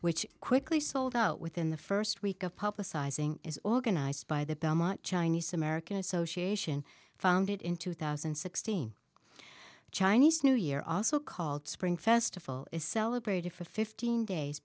which quickly sold out within the first week of publicising is all going by the belmont chinese american association founded in two thousand and sixteen chinese new year also called spring festival is celebrated for fifteen days